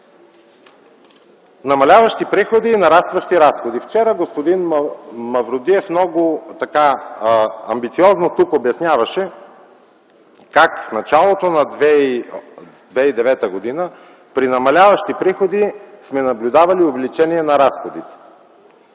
Намаляващи приходи и нарастващи разходи. Вчера господин Мавродиев много амбициозно обясняваше тук как в началото на 2009 г. при намаляващи приходи сме наблюдавали увеличение на разходите.